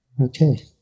Okay